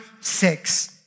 six